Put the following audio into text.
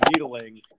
needling